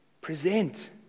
present